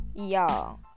Y'all